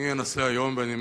אני אנסה היום, ואני מתוודה,